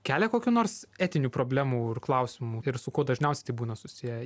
kelia kokių nors etinių problemų ir klausimų ir su kuo dažniausiai tai būna susiję